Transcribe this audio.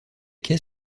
quais